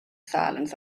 silence